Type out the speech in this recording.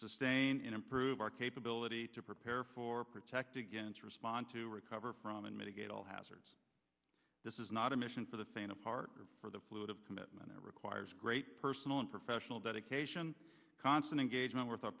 sustain improve our capability to prepare for protect against respond to recover from and mitigate all hazards this is not a mission for the faint of heart for the fluid of commitment it requires great personal and professional dedication constant engagement with our